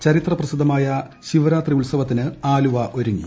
ചരിത്ര പ്രസിദ്ധമായ ശിവരാത്രി ഉത്സവത്തിന് ആലുവ ഒരുങ്ങി